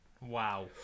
Wow